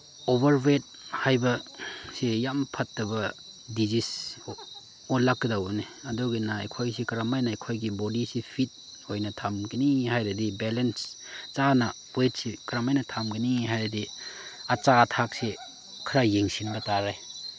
over weight ꯍꯥꯏꯕꯁꯤ ꯌꯥꯝ ꯐꯠꯇꯕ ꯗꯤꯖꯤꯁ ꯑꯣꯜꯂꯛꯀꯗꯧꯕꯅꯤ ꯑꯗꯨꯒꯤꯅ ꯑꯩꯈꯣꯏꯁꯤ ꯀꯔꯝꯃꯥꯏꯅ ꯑꯩꯈꯣꯏꯒꯤ ꯕꯣꯗꯤꯁꯤ ꯐꯤꯠ ꯑꯣꯏꯅ ꯊꯝꯒꯅꯤ ꯍꯥꯏꯔꯗꯤ ꯕꯦꯂꯦꯟꯁ ꯆꯥꯅ ꯋꯦꯠꯁꯤ ꯀꯔꯝꯃꯥꯏꯅ ꯊꯝꯒꯅꯤ ꯍꯥꯏꯔꯗꯤ ꯑꯆꯥ ꯑꯊꯛꯁꯤ ꯈꯔ ꯌꯦꯡꯁꯤꯟꯕ ꯇꯥꯔꯦ